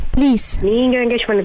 Please